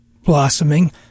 blossoming